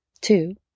Two